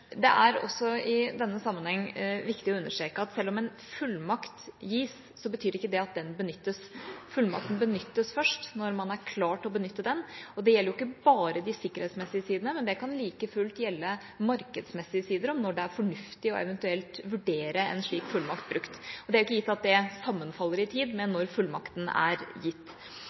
i denne sammenheng viktig å understreke at selv om en fullmakt gis, betyr ikke det at den benyttes. Fullmakten benyttes først når man er klar til å benytte den – og det gjelder jo ikke bare de sikkerhetsmessige sidene, det kan like fullt gjelde markedsmessige sider – altså når det er fornuftig eventuelt å vurdere en slik fullmakt brukt. Det er ikke gitt at det sammenfaller i tid med når fullmakten er gitt.